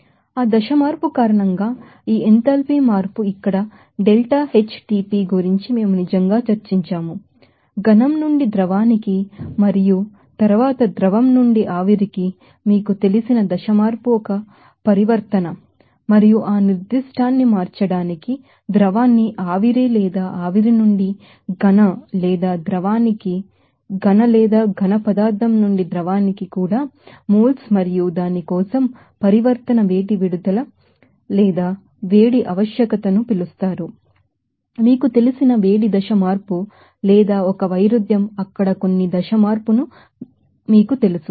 కాబట్టి ఆ phase change కారణంగా ఈ ఎంథాల్పీ మార్పు ఇక్కడ ΔHTP గురించి మేము నిజంగా చర్చించాము సాలిడ్ నుండి లిక్విడ్ కి మరియు తరువాత లిక్విడ్ నుండి ఆవిరికి మీకు తెలిసిన ఫేజ్ చేంజ్ ఒక చేంజ్ మరియు ఆ కాన్స్టాంట్ న్ని మార్చడానికి లిక్విడ్ వేపర్ లేదా వేపర్ నుండి సాలిడ్ లేదా లిక్విడ్ లేదా సాలిడ్ పదార్థం నుండి లిక్విడ్ కి కూడా మోల్స్ మరియు దాని కోసం హీట్ రిలీజ్ లేదా హీట్ రిక్విర్మెంట్ ను పిలుస్తారు మీకు తెలిసిన హీట్ ఫేజ్ చేంజ్ లేదా ఒక వైరుధ్యం అక్కడ కొన్ని ఫేజ్ చేంజ్ ను మీకు తెలుసు